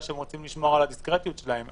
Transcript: שהם רוצים לשמור על הדיסקרטיות שלהם,